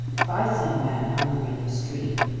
if i see a man hungry in the street,